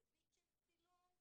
זווית של צילום,